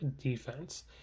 defense